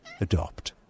Adopt